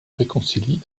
réconcilie